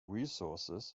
resources